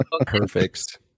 Perfect